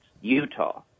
Utah